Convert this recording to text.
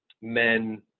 men